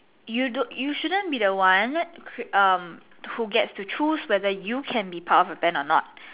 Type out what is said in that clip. you don't you shouldn't be the one cri~ um who gets to choose whether you can be part of the band or not